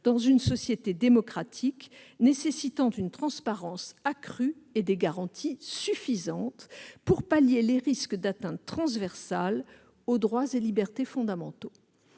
dans une société démocratique, nécessitant une transparence accrue et des garanties suffisantes pour pallier les risques d'atteinte transversale aux droits et libertés fondamentaux